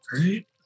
right